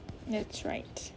that's right